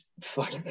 fuck